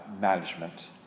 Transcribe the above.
management